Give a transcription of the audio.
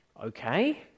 Okay